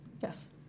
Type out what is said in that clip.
Yes